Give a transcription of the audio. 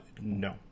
No